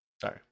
sorry